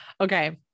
okay